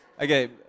Okay